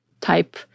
type